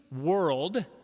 world